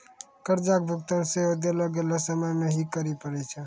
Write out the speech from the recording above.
कर्जा के भुगतान सेहो देलो गेलो समय मे ही करे पड़ै छै